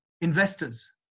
investors